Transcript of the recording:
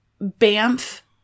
Banff